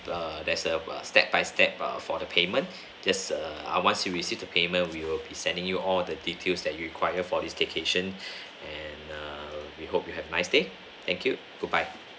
err there's a step by step err for the payment just err once you receive the payment we will be sending you all the details that you require for this staycation and err we hope you have nice day thank you goodbye